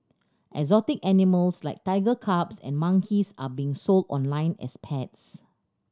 exotic animals like tiger cubs and monkeys are being sold online as pets